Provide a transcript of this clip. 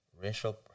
Racial